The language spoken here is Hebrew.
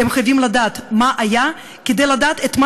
הם חייבים לדעת מה היה כדי לדעת את מה